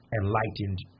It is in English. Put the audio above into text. enlightened